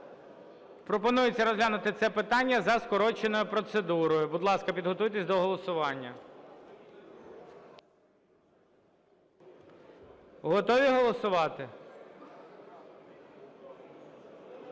Пропонується розглянути це питання за скороченою процедурою. Будь ласка, підготуйтесь до голосування. Готові голосувати?